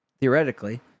theoretically